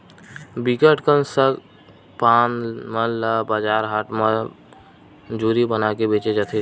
बिकट कन सग पान मन ल बजार हाट म जूरी बनाके बेंचे जाथे